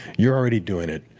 you're already doing it.